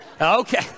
Okay